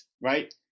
right